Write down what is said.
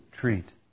treat